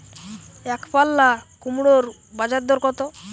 একপাল্লা কুমড়োর বাজার দর কত?